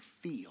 feel